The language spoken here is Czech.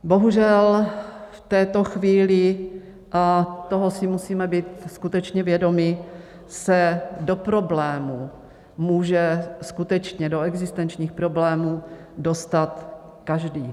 Bohužel v této chvíli, a toho si musíme být skutečně vědomi, se do problémů může skutečně, do existenčních problémů, dostat každý.